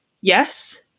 yes